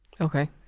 Okay